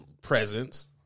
presence